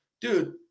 dude